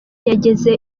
yageze